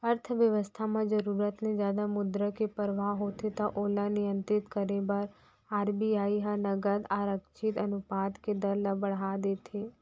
अर्थबेवस्था म जरुरत ले जादा मुद्रा के परवाह होथे त ओला नियंत्रित करे बर आर.बी.आई ह नगद आरक्छित अनुपात के दर ल बड़हा देथे